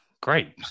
great